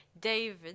David